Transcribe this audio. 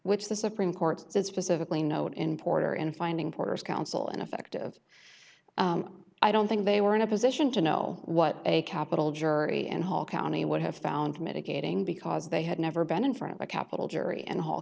which the supreme court said specifically note in porter and finding porter's counsel ineffective i don't think they were in a position to know what a capital jury and hall county would have found mitigating because they had never been in front of a capital jury and hall